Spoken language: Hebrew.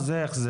אין לו בחוק,